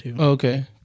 Okay